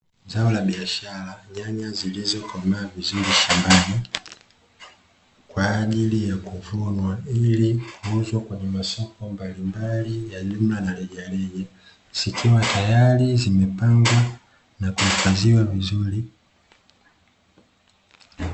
Zao la biashara, nyanya zilizokomaa vizuri shambani kwa ajili ya kuvunwa ili kuuzwa kwenye masoko mbalimbali ya jumla na rejareja, zikiwa tayari zimepangwa na kuhifadhiwa vizuri.